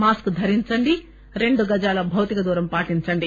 mask ధరించండి రెండు గజాల భౌతిక దూరం పాటించండి